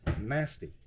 nasty